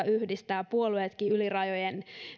yhdistää puolueetkin yli rajojen